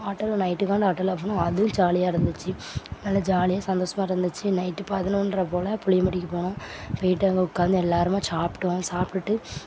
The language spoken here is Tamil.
ஆட்டோவில் நைட்க்கு அந்த ஆட்டோவில் போனோம் அதுவும் ஜாலியாக இருந்துச்சு நல்ல ஜாலியாக சந்தோஸமாக இருந்துச்சு நைட் பதினொன்றரை போல் புளியம்பட்டிக்கு போனோம் போய்ட்டு அங்கே உட்காந்து எல்லாருமாக சாப்பிட்டோம் சாப்பிட்டுட்டு